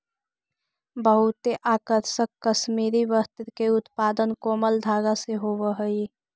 बहुते आकर्षक कश्मीरी वस्त्र के उत्पादन कोमल धागा से होवऽ हइ